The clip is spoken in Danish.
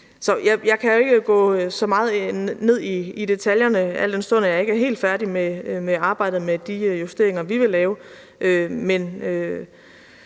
jeg kan jo ikke gå så meget ned i detaljerne, al den stund at jeg ikke er helt færdig med arbejdet med de justeringer, vi vil lave,